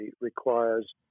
requires